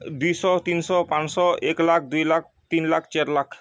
ଦୁଇ ଶହ ତିନ୍ ଶହ ପାଞ୍ଚ ଶହ ଏକ ଲାକ୍ଷ୍ ଦୁଇ ଲାକ୍ଷ୍ ତିନ ଲାକ୍ଷ୍ ଚାର୍ ଲାକ୍ଷ୍